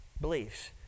beliefs